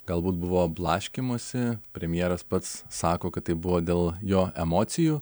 galbūt buvo blaškymosi premjeras pats sako kad tai buvo dėl jo emocijų